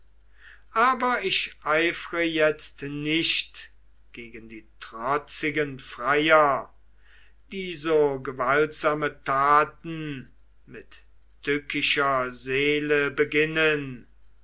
aber ich eifere jetzt nicht gegen die trotzigen freier die so gewaltsame taten mit tückischer seele beginnen